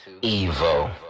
Evo